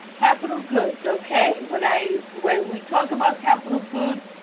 capital goods? okay. when i when we talk about capital goods,